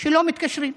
שלא מתקשרים.